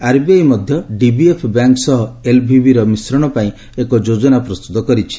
RBI ମଧ୍ୟ DBF bank ସହ ଏଲ୍ଭିବିର ମିଶ୍ରଣ ପାଇଁ ଏକ ଯୋଜନା ପ୍ରସ୍ତୁତ କରିଛି